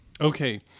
Okay